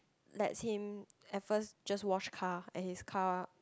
let him at first just wash car and his car